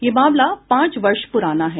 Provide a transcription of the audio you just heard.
यह मामला पांच वर्ष पुराना है